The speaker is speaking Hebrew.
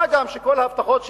מה גם שכל ההבטחות,